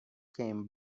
came